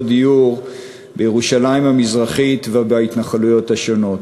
דיור בירושלים המזרחית ובהתנחלויות השונות.